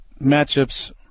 matchups